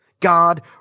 God